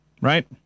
right